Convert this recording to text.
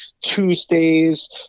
tuesdays